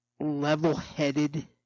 level-headed